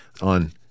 on